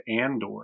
Andor